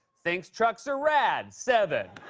thinks trucks are rad, seven.